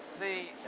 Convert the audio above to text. the